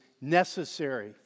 necessary